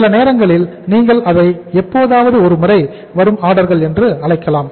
சில நேரங்களில் நீங்கள் அதை எப்போதாவது ஒரு முறை வரும் ஆர்டர்கள் என்று அழைக்கலாம்